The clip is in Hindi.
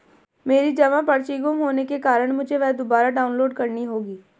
मेरी जमा पर्ची गुम होने के कारण मुझे वह दुबारा डाउनलोड करनी होगी